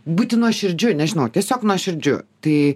būti nuoširdžiu nežinau tiesiog nuoširdžiu tai